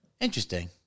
Interesting